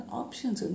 options